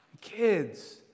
Kids